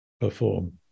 perform